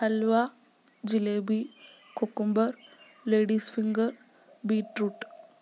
halwa jalebi cucumber ladies finger beetroot